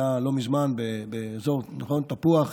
לא מזמן באזור תפוח,